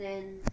then